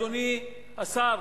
אדוני השר,